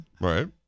Right